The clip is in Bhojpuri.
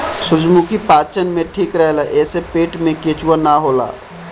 सूरजमुखी पाचन में ठीक रहेला एसे पेट में केचुआ ना होला